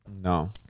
No